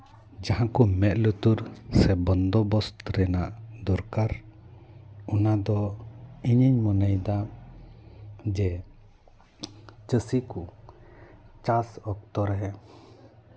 ᱡᱟᱦᱟᱸ ᱠᱚ ᱢᱮᱫ ᱞᱩᱛᱩᱨ ᱥᱮ ᱵᱚᱱᱫᱳᱵᱚᱥᱛ ᱨᱮᱱᱟᱜ ᱫᱚᱨᱠᱟᱨ ᱚᱱᱟ ᱫᱚ ᱤᱧᱤᱧ ᱢᱚᱱᱮᱭᱫᱟ ᱡᱮ ᱪᱟᱹᱥᱤ ᱠᱚ ᱪᱟᱥ ᱚᱠᱛᱚ ᱨᱮ